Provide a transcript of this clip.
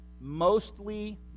mostly